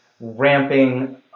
ramping